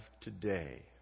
today